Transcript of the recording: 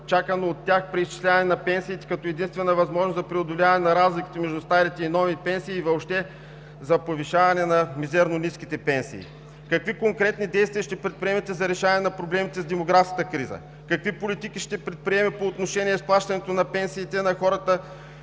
чаканото от тях преизчисляване на пенсиите като единствена възможност за преодоляване на разликите между старите и новите пенсии и въобще за повишаване на мизерно ниските пенсии? Какви конкретни действия ще предприемете за решаване на проблемите с демографската криза? Какви политики ще предприеме по отношение плащането на пенсиите на хората